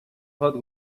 hot